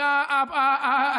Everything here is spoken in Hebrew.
עשתה פרצוף מופתע.